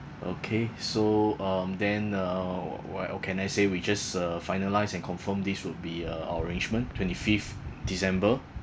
okay so um then uh why or can I say we just uh finalise and confirm this would be uh our arrangement twenty fifth december